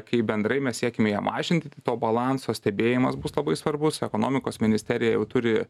kai bendrai mes siekiame ją mažinti to balanso stebėjimas bus labai svarbus ekonomikos ministerija jau turi